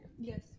Yes